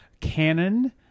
canon